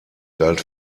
galt